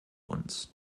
uns